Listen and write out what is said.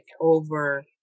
over